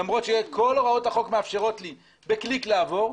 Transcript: למרות שכל הוראות החוק מאפשרות לי בקליק לעבור,